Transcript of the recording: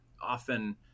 often